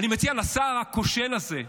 אני מציע לשר הכושל הזה,